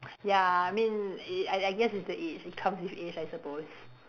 ya I mean i~ I guess it's the age it comes with aged I suppose